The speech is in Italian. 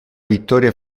vittoria